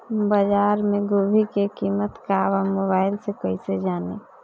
बाजार में गोभी के कीमत का बा मोबाइल से कइसे जानी?